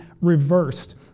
reversed